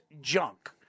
Junk